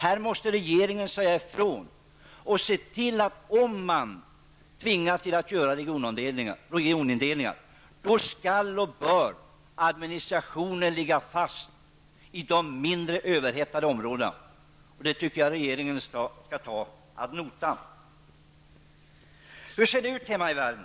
Här måste regeringen säga ifrån och se till att om man tvingas göra regionindelningar skall och bör administrationen ligga fast i de mindre överhettade områdena. Det tycker jag att regeringen skall ta ad notam. Hur ser det ut hemma i Värmland?